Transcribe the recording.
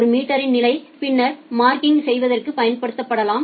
ஒரு மீட்டரின் நிலை பின்னர் மார்க்கிங் செய்வதற்கு பயன்படுத்தப்படலாம்